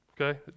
okay